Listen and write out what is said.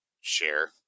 share